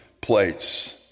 plates